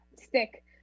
stick